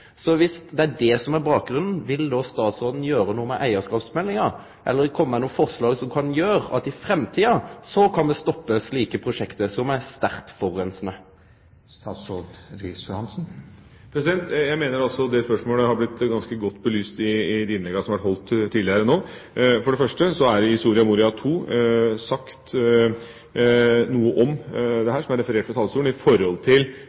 Så dersom det er det som er bakgrunnen, vil eg spørje: Vil statsråden gjere noko med eigarskapsmeldinga eller kome med nokon forslag som kan gjere at me i framtida kan stoppe slike prosjekt, som er sterkt forureinande? Jeg mener at det spørsmålet har blitt ganske godt belyst i de innleggene som er holdt tidligere. For det første er det i Soria Moria-II sagt noe om dette, som er referert fra talerstolen, om hvilke ambisjoner en har for den neste eierskapsmeldinga. I